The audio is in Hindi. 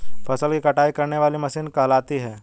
फसल की कटाई करने वाली मशीन कहलाती है?